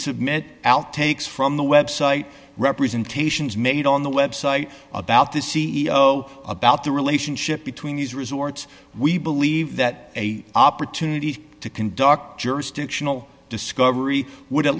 resubmit outtakes from the website representations made on the website about the c e o about the relationship between these resorts we believe that a opportunity to conduct jurisdictional discovery would at